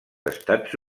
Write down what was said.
estats